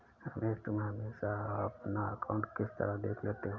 रमेश तुम हमेशा अपना अकांउट किस तरह देख लेते हो?